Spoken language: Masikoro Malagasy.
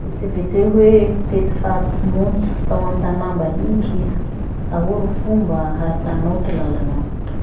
Vetsevetseo hoe mpitety faritsy montso tao antanà mbahiny riha. Ahoa ro fomba hahitanao ty lalanao?